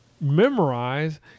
memorize